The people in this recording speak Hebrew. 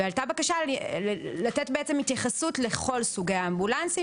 ועלתה בקשה לתת בעצם התייחסות לכל סוגי האמבולנסים